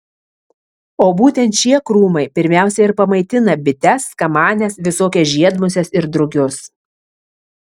o būtent šie krūmai pirmiausia ir pamaitina bites kamanes visokias žiedmuses ir drugius